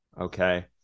Okay